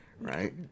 right